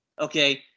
Okay